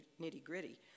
nitty-gritty